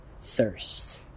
thirst